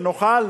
ונוכל